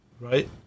right